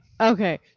Okay